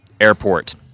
airport